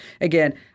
again